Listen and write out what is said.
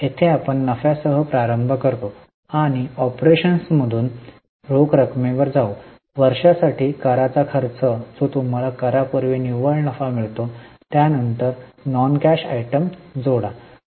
येथे आपण नफ्यासह प्रारंभ करतो आणि ऑपरेशन्सपासून रोख रकमेवर जाऊ वर्षासाठी कराचा खर्च जो तुम्हाला करापूर्वी निव्वळ नफा मिळतो त्यानंतर नॉन कॅश आयटम जोडा